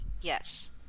yes